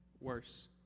worse